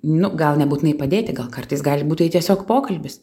nu gal nebūtinai padėti gal kartais gali būt tai tiesiog pokalbis